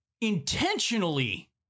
intentionally